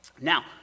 Now